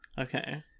Okay